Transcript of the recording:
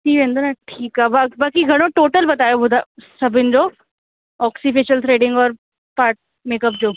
थी वेंदो न ठीकु आहे बसि बाक़ी घणो टोटल बतायो ॿुधायो सभिनि जो ऑक्सी फेशिल थ्रेडिंग और पार्ट मेकअप जो